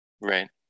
Right